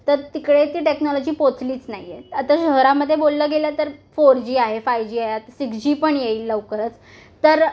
तर तिकडे ती टेक्नॉलॉजी पोचलीच नाही आहे आता शहरामध्ये बोललं गेलं तर फोर जी आहे फाय जी आहे आता सिक्स जी पण येईल लवकरच तर